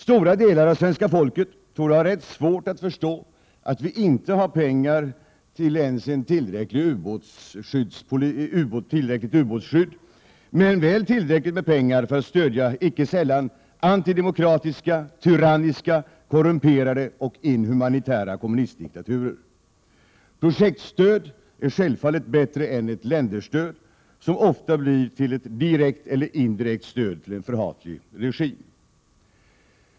Stora delar av det svenska folket torde ha rätt svårt att förstå att vi inte har pengar till ens ett tillräckligt ubåtsskydd, men väl tillräckligt med pengar för att stödja icke sällan antidemokratiska, tyranniska, korrumperade och inhumanitära kommunistdiktaturer. Projektstöd är självfallet bättre än länderstöd, som ofta blir till ett direkt eller indirekt stöd till en förhatlig regim.